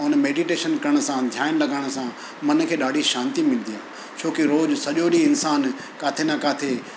उन मैडिटेशन करण सां ध्यान लॻाइण सां मन खे ॾाढी शांती मिलंदी आहे छोकी रोज़ु सॼो ॾींहुं इंसानु किथे न किथे